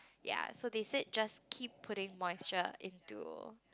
ya so they said just keep putting moisture into